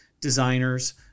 designers